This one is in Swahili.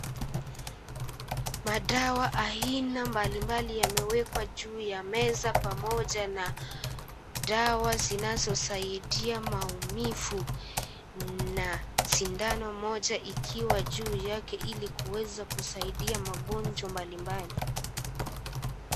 Madawa aina mbalimbali yamewekwa juu ya meza pamoja na dawa zinazosaidia maumivu na sindano moja ikiwa juu yake ili kuweza kusaidia magonjwa mbalimbali.